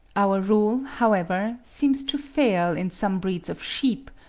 our rule, however, seems to fail in some breeds of sheep,